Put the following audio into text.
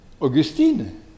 Augustine